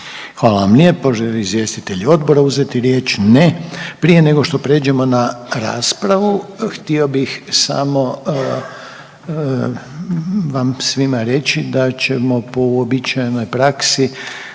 Hvala vam lijepo. Žele li izvjestitelji odbora uzeti riječ? Ne. Prije nego što pređemo na raspravu htio bih samo vam svima reći da ćemo po uobičajenoj praksi